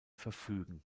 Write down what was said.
verfügen